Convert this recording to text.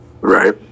right